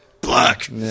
Black